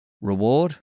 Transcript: reward